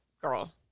girl